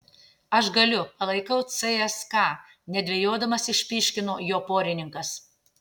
aš galiu palaikau cska nedvejodamas išpyškino jo porininkas